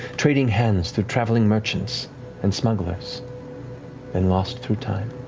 trading hands through traveling merchants and smugglers and lost through time.